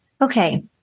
Okay